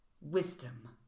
wisdom